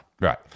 right